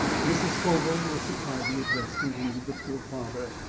mrs. scoville will supply the address, continued the poor father.